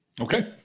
Okay